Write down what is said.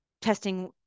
testing